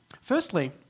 Firstly